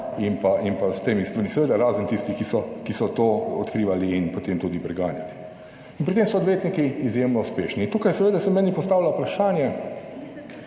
seveda razen tistih, ki so to odkrivali in potem tudi preganjali. In pri tem so odvetniki izjemno uspešni. Tukaj seveda se meni postavlja vprašanje,